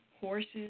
horses